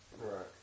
Right